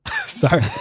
sorry